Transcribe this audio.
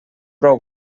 prou